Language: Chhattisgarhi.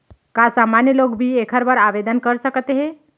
का सामान्य लोग भी एखर बर आवदेन कर सकत हे?